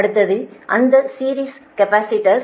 அடுத்தது அந்த series capacitors